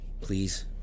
please